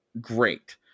great